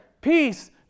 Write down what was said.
peace